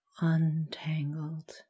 Untangled